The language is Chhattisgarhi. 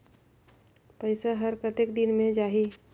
पइसा हर कतेक दिन मे जाही?